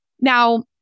Now